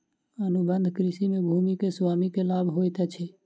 अनुबंध कृषि में भूमि के स्वामी के लाभ होइत अछि